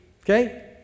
Okay